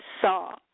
saw